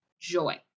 joy